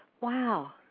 Wow